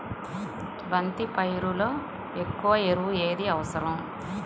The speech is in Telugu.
బంతి పైరులో ఎక్కువ ఎరువు ఏది అవసరం?